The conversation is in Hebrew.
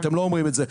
אתם לא אומרים את זה.